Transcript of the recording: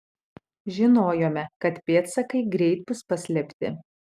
žinojome kad pėdsakai greit bus paslėpti